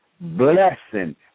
blessing